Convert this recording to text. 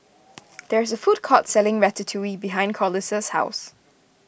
there is a food court selling Ratatouille behind Corliss' house